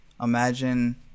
imagine